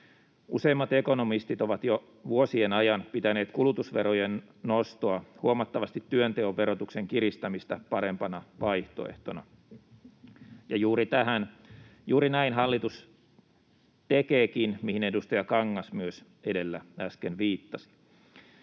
Useimmat ekonomistit ovat jo vuosien ajan pitäneet kulutusverojen nostoa huomattavasti työnteon verotuksen kiristämistä parempana vaihtoehtona, ja juuri näin hallitus tekeekin, mihin edustaja Kangas myös edellä äsken viittasi.